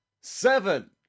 seven